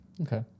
Okay